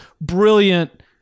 brilliant